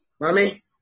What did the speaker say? mommy